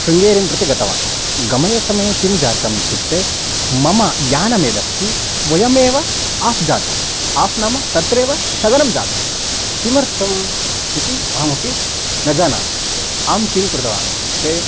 शृङ्गेरिं प्रति गतवान् गमयसमये किं जातम् इत्युक्ते मम यानं यदस्ति स्वयमेव आफ़् जातम् आफ़् नाम तत्रैव स्थगनं जातं किमर्थम् इति अहमपि न जानामि अहं किं कृतवानित्युक्ते